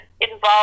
involved